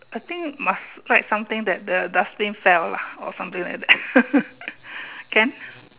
I think must write something that the dustbin fell lah or something like that can